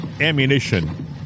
ammunition